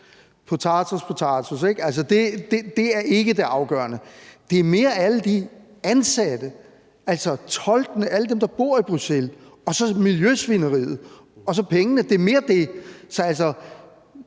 Det er mere alle de ansatte, altså tolkene, alle dem, der bor i Bruxelles, og så miljøsvineriet og pengene.